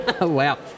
Wow